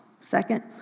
Second